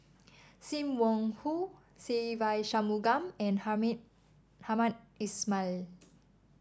Sim Wong Hoo Se Ve Shanmugam and Hamed Ismail